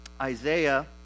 Isaiah